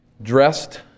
dressed